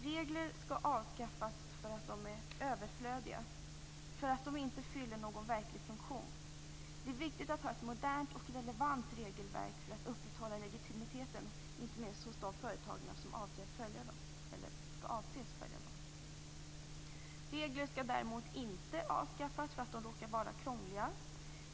Regler skall avskaffas för att de är överflödiga, för att de inte fyller någon verklig funktion. Det är viktigt att ha ett modernt och relevant regelverk för att upprätthålla legitimiteten, inte minst hos de företag som avses följa dem. Regler skall däremot inte avskaffas för att de råkar vara krångliga.